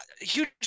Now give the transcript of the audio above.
Huge